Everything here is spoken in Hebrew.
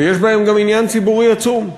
ויש בהם גם עניין ציבורי עצום.